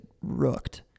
rooked